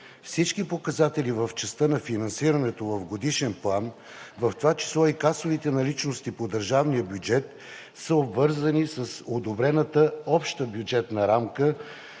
Всички показатели в частта на финансирането в годишен план, в това число и касовите наличности по държавния бюджет, са обвързани с одобрената обща бюджетна рамка